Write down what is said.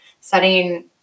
setting